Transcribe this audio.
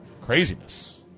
Craziness